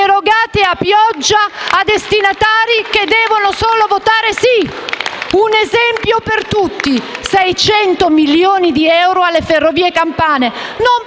a pioggia a destinatari che devono solo votare sì. Un esempio per tutti: 600 milioni alle ferrovie campane,